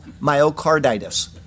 myocarditis